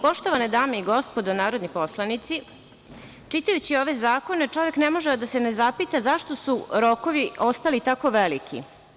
Poštovane dame i gospodo narodni poslanici, čitajući ove zakone, čovek ne može a da se ne zapita zašto su rokovi ostali tako veliki?